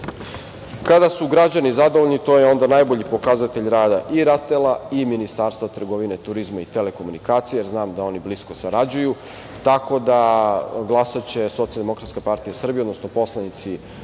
su građani zadovoljni, to je onda najbolji pokazatelj rada i RATEL-a i Ministarstva trgovine, turizma i telekomunikacija, jer znam da oni blisko sarađuju. Tako da, poslanici Socijaldemokratske partije Srbije glasaće